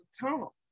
tunnel